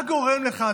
מה גורם לך,